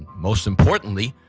most importantly,